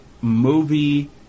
movie